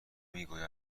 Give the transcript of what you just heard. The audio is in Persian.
میگوید